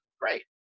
great